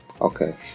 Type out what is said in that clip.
Okay